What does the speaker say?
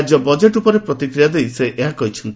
ରାଜ୍ୟ ବଜେଟ୍ ଉପରେ ପ୍ରତିକ୍ରିୟା ଦେଇ ସେ ଏହା କହିଛନ୍ତି